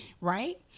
right